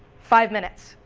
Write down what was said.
five minutes.